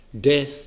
Death